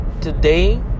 today